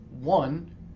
One